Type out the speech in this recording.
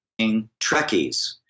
Trekkies